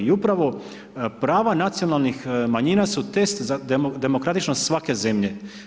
I upravo prava nacionalnih manjina su test za demokratičnost svake zemlje.